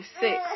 six